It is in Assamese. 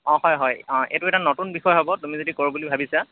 অঁ হয় হয় অঁ এইটো এটা নতুন বিষয় হ'ব তুমি যদি কৰোঁ বুলি ভাবিছা